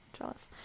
Jealous